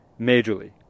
majorly